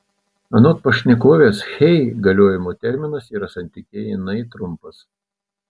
anot pašnekovės hey galiojimo terminas yra santykinai trumpas